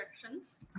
directions